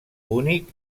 únic